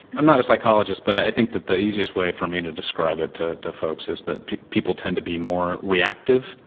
i'm not a psychologist but i think that the easiest way for me to describe it to to folks is that people tend to be more reactive,